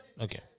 okay